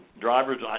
drivers